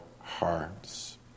hearts